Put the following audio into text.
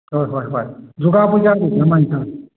ꯍꯣꯏ ꯍꯣꯏ ꯍꯣꯏ ꯗꯨꯔꯒꯥ ꯄꯨꯖꯥꯗꯤ ꯀꯃꯥꯏ ꯇꯧꯏ